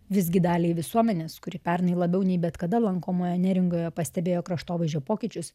visgi daliai visuomenės kuri pernai labiau nei bet kada lankomoje neringoje pastebėjo kraštovaizdžio pokyčius